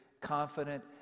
confident